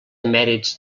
mèrits